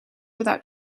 without